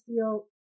feel